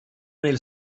nel